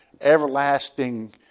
everlasting